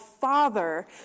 Father